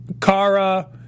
Kara